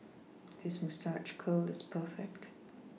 his moustache curl is perfect